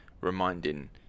reminding